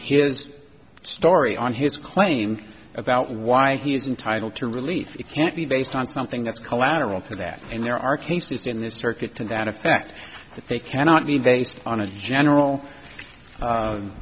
his story on his claim about why he's entitled to relief it can't be based on something that's collateral for that and there are cases in this circuit to that effect that they cannot be based on a general